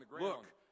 Look